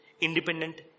independent